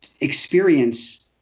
experience